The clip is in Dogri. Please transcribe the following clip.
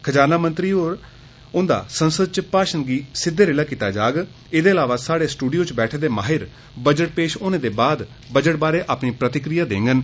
खजाना मंत्री हुंदा संसद च भाशन बी सिद्दे रिले कीता जाग एह्दे इलावा साढ़े स्टूडियो च बैठक दे माहिर बजट पेश होने दे परैंत बजट बारे अपनी प्रतिक्रिया देंगन